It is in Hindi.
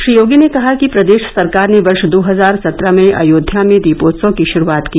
श्री योगी ने कहा कि प्रदेश सरकार ने वर्ष दो हजार सत्रह में अयोध्या में दीपोत्सव की शुरूआत की